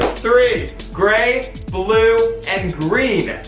three. gray, blue, and green.